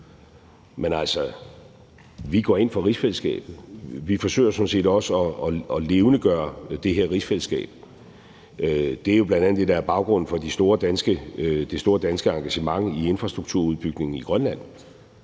Men altså, vi går ind for rigsfællesskabet. Vi forsøger sådan set også at levendegøre det her rigsfællesskab. Det er jo bl.a. det, der er baggrunden for det store danske engagement i infrastrukturudbygningen i Grønland,